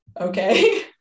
okay